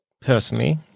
personally